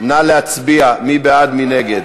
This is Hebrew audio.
חברות וחברים,